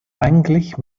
eigentlich